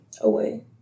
Away